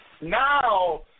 Now